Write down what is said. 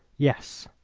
yes,